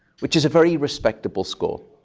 which is a very respectable score.